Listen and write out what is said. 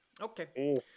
okay